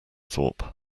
thorpe